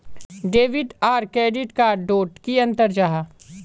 Debit आर credit card डोट की अंतर जाहा?